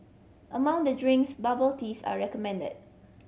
among the drinks bubble teas are recommended